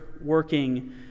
working